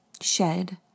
shed